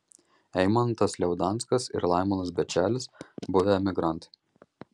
eimantas liaudanskas ir laimonas bečelis buvę emigrantai